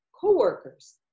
co-workers